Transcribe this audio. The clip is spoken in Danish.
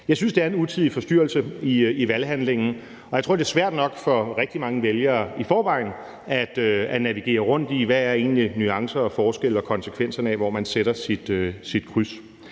Jeg synes, det er en utidig forstyrrelse i valgkampen, og jeg tror, det er svært nok for rigtig mange vælgere i forvejen at navigere rundt i, hvad nuancerne i og forskellene på og konsekvenserne af, hvor man sætter sit kryds,